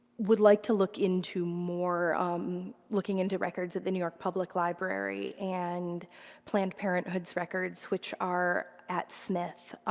would like to look into more um looking into records at the new york public library and planned parenthoods records which are at smith. ah